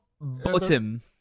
Bottom